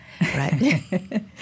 right